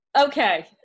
Okay